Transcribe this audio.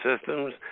systems